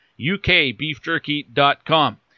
ukbeefjerky.com